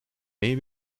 may